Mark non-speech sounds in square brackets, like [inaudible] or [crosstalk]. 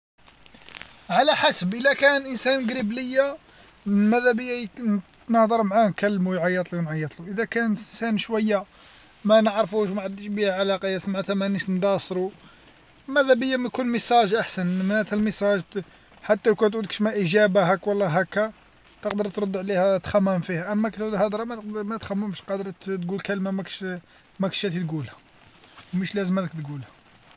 على حسب إلا كان إنسان قريب ليا مذا بيا نهضر معاه نكلمو يعيطلي ونعيطلو وإذا كان إتنسان شوية ما نعرفوش ما عنديش بيه علاقة يسما مانيش مداصرو ماذا بيا ما يكون رسالة أحسن، بعث ميساج حتى وكان تعود كاش إجابة هاك والله هاكا تقدر ترد عليها تخمم فيها، أما الهدرة ما ما تخممش قادر تقول كلمة ماكش [hesitation] ماكش شاتي تقولها. مش لازملك تقولها.